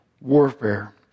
warfare